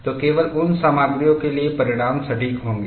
तो केवल उन सामग्रियों के लिए परिणाम सटीक होंगे